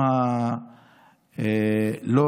אם לא